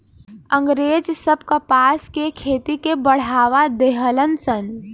अँग्रेज सब कपास के खेती के बढ़ावा देहलन सन